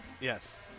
Yes